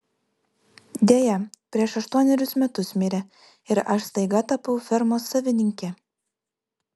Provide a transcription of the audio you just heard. deja prieš aštuonerius metus mirė ir aš staiga tapau fermos savininke